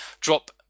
drop